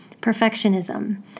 perfectionism